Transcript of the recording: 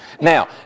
Now